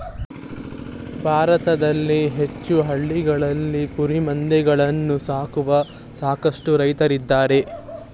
ಭಾರತದಲ್ಲಿ ಹೆಚ್ಚು ಹಳ್ಳಿಗಳಲ್ಲಿ ಕುರಿಮಂದೆಗಳನ್ನು ಸಾಕುವ ಸಾಕಷ್ಟು ರೈತ್ರಿದ್ದಾರೆ